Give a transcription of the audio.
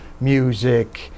music